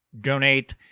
donate